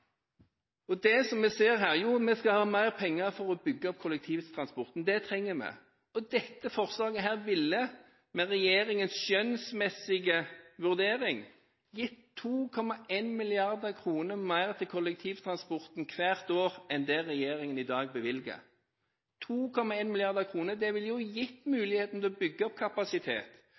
Det som man ser her, er at vi skal ha mer penger for å bygge ut kollektivtransporten. Det trenger vi. Dette forslaget ville, med regjeringens skjønnsmessige vurdering, gitt 2,1 mrd. kr mer til kollektivtransporten hvert år enn det regjeringen i dag bevilger. 2,1 mrd. kr ville gitt mulighet til å bygge opp kapasitet.